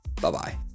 bye-bye